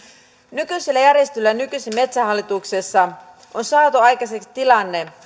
nykyisellä järjestelyllä nykyisessä metsähallituksessa on saatu aikaiseksi tilanne